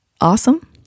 awesome